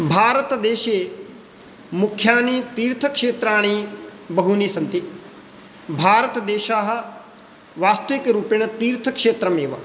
भारतदेशे मुख्यानि तीर्थक्षेत्राणि बहूनि सन्ति भारतदेशः वास्तविकरुपेण तीर्थक्षेत्रमेव